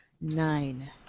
Nine